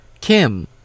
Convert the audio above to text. Kim